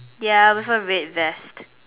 ya prefer red vest